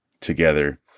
together